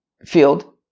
field